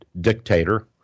dictator